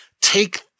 take